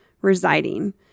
residing